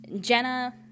Jenna